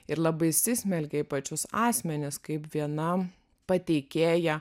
ir labai įsismelkia į pačius asmenis kaip vienam pateikėja